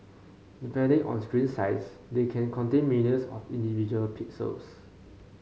depending on screen size they can contain millions of individual pixels